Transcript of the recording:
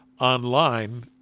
online